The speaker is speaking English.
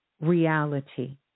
reality